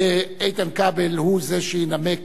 איתן כבל הוא זה שינמק